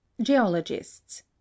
geologists